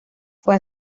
fue